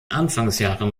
anfangsjahren